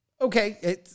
Okay